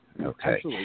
Okay